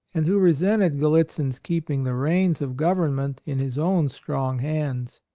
and who resented gallitzin's keeping the reins of government in his own strong hands.